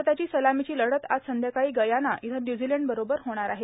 भारताची सलामीची लढत आज संध्याकाळी गयाना इथं न्यूझीलंडबरोबर होणार आहे